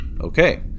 Okay